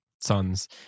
sons